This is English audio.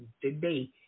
today